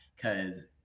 cause